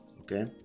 okay